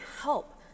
help